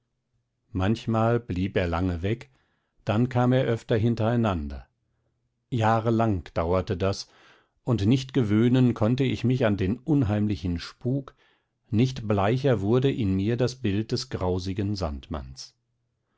manchmal blieb er lange weg dann kam er öfter hintereinander jahrelang dauerte das und nicht gewöhnen konnte ich mich an den unheimlichen spuk nicht bleicher wurde in mir das bild des grausigen sandmanns